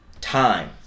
time